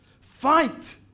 Fight